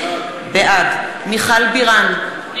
בעד מיכל בירן,